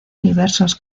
diversos